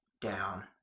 down